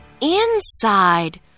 inside